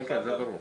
כן, כן, זה ברור.